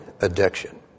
addiction